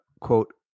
quote